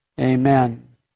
Amen